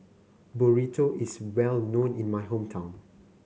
burrito is well known in my hometown